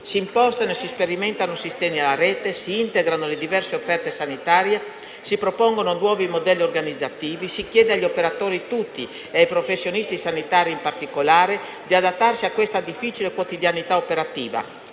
Si impostano e sperimentano sistemi a rete, si integrano le diverse offerte sanitarie, si propongono nuovi modelli organizzativi, si chiede agli operatori tutti e ai professionisti sanitari in particolare, di adattarsi a questa difficile quotidianità operativa,